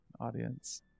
audience